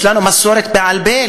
יש לנו מסורת בעל-פה,